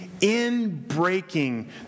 in-breaking